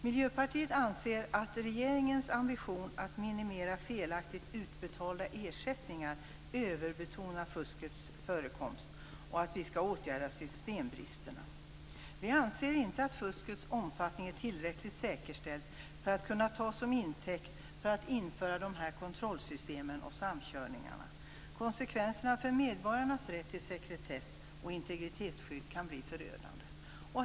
Miljöpartiet anser att regeringens ambition att minimera felaktigt utbetalda ersättningar överbetonar fuskets förekomst och att vi skall åtgärda systembristerna. Vi anser inte att fuskets omfattning är tillräckligt säkerställd för att kunna tas som intäkt för att införa de här kontrollsystemen och samkörningarna. Konsekvenserna för medborgarnas rätt till sekretess och integritetsskydd kan bli förödande.